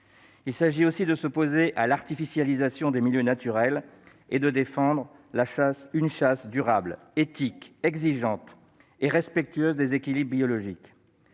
Il s'agit aussi de s'opposer à l'artificialisation des milieux naturels et de défendre une chasse durable, éthique, exigeante et respectueuse des équilibres biologiques.